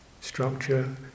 structure